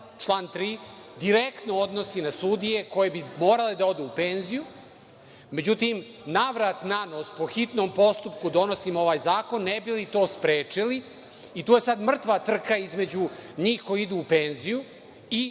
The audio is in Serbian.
član 3, direktno odnosi na sudije koje bi morale da odu u penziju, međutim, na vrat na nos, po hitnom postupku donosimo ovaj zakon, ne bi li to sprečili i to je sada mrtva trka između njih koji idu u penziju i